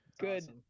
Good